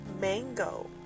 Mango